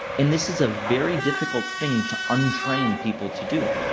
and this is a very difficult thing to un-train people to do.